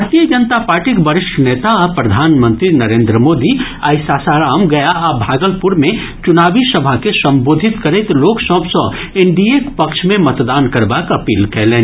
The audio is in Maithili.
भारतीय जनता पार्टीक वरिष्ठ नेता आ प्रधानमंत्री नरेन्द्र मोदी आइ सासाराम गया आ भागलपुर मे चुनावी सभा के संबोधित करैत लोक सभ सँ एनडीएक पक्ष मे मतदान करबाक अपील कयलनि